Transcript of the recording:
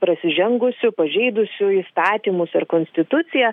prasižengusiu pažeidusiu įstatymus ir konstituciją